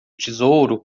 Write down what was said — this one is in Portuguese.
tesouro